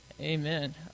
Amen